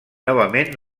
novament